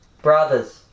Brothers